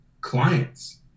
clients